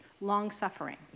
long-suffering